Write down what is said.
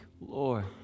Lord